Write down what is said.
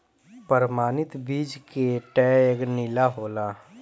प्रमाणित बीज के टैग नीला होला